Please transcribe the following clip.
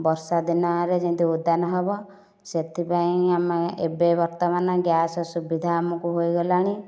ବର୍ଷା ଦିନରେ ଯେମିତି ଓଦା ନ ହେବ ସେଥିପାଇଁ ଆମେ ଏବେ ବର୍ତ୍ତମାନେ ଗ୍ୟାସ୍ ସୁବିଧା ଆମକୁ ହୋଇଗଲାଣି